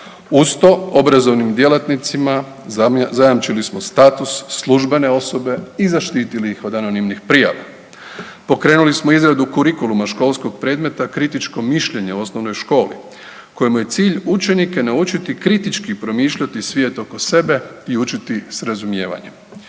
Uz to, obrazovnim djelatnicima zajamčili smo status službene osobe i zaštitili ih od anonimnih prijava. Pokrenuli smo izradu kurikuluma školskog predmeta kritičko mišljenje u osnovnoj školi koji mu je cilj učenike naučiti kritički promišljati svijet oko sebe i učiti s razumijevanjem.